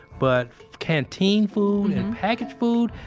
but canteen food and packaged food,